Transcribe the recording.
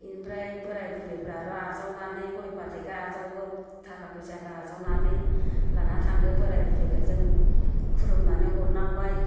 बेनिफ्राय बोराय बुरैफ्रा आरो आजावनानै गय फाथैखौ आजावो थाखा फैसाखौ आजावनानै लाना थाङो बोराय बुरिखो जों खुलुमनानै हरनांबाय